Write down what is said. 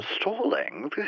Stalling